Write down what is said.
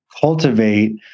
cultivate